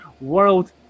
world